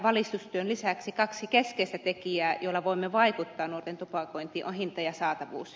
valistustyön lisäksi kaksi keskeistä tekijää joilla voimme vaikuttaa nuorten tupakointiin on hinta ja saatavuus